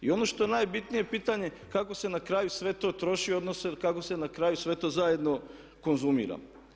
I ono što je najbitnije pitanje kako se na kraju sve to troši odnosno kako se na kraju sve to zajedno konzumira?